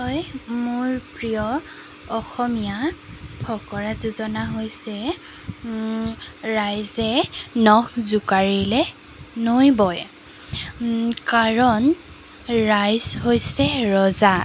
হয় মোৰ প্ৰিয় অসমীয়া ফকৰা যোজনা হৈছে ৰাইজে নখ জোকাৰিলে নৈ বয় কাৰণ ৰাইজ হৈছে ৰজা